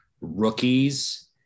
rookies